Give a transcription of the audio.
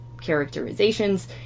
characterizations